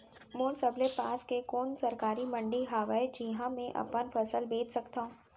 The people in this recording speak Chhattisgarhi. मोर सबले पास के कोन सरकारी मंडी हावे जिहां मैं अपन फसल बेच सकथव?